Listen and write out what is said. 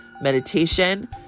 meditation